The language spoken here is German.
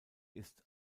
ist